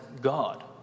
God